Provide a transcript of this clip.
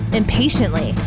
impatiently